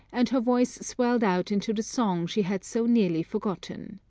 and her voice swelled out into the song she had so nearly forgotten.